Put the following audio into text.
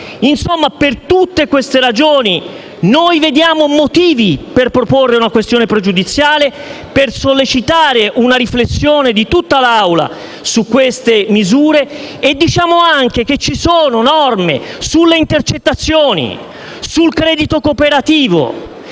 Per tutte queste ragioni vediamo motivi per proporre una questione pregiudiziale e sollecitare una riflessione da parte di tutta l'Assemblea su queste misure. Aggiungiamo anche che ci sono norme sulle intercettazioni e sul credito cooperativo